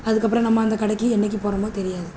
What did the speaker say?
அதுக்கப்புறம் நம்ம அந்த கடைக்கு என்றைக்கி போகிறோமோ தெரியாது